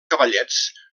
cavallets